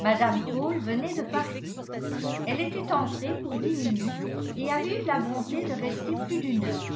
mme cole venait de partir elle était entrée pour dix minutes et avait eu la bonté de rester plus d'une heure